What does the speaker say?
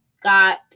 got